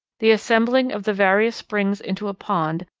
the assembling of the various springs into a pond,